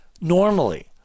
normally